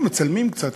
מצלמים קצת,